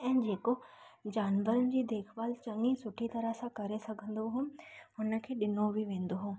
ऐं जेको जानवरनि जी देखभाल चङी सुठी तरह सां करे सघंदो हो हुन खे ॾिनो बि वेंदो हो